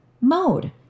mode